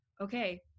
okay